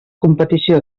competició